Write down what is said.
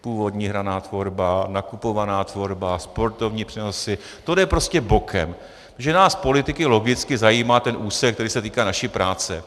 Původní hraná tvorba, nakupovaná tvorba, sportovní přenosy to jde prostě bokem, protože nás politiky logicky zajímá ten úsek, který se týká naší práce.